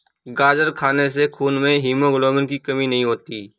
गाजर खाने से खून में हीमोग्लोबिन की कमी नहीं होती